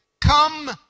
Come